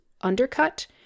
undercut